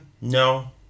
no